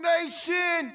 Nation